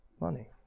Money